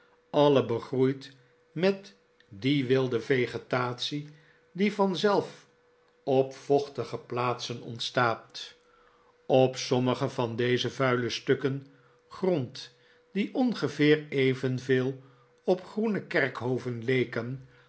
alle begroeid met die wilde vegetatie die vanzelf op vochtige plaatsen ontstaat op sommige van deze vuile stukken grond die ongeveer evenveel op groene kerkhoven leken